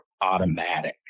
automatic